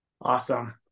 awesome